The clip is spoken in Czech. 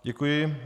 Děkuji.